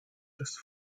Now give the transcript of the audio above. des